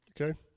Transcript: Okay